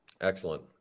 Excellent